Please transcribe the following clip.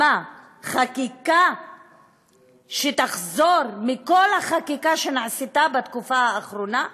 חקיקה שתחזור מכל החקיקה שנעשתה בתקופה האחרונה?